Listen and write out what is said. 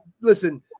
listen